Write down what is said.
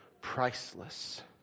priceless